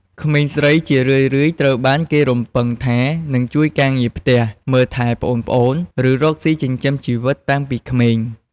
ក្មេងស្រីជារឿយៗត្រូវបានគេរំពឹងថានឹងជួយការងារផ្ទះ មើលថែប្អូនៗ ឬរកស៊ីចិញ្ចឹមជីវិតតាំងពីក្មេង។